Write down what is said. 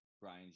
brian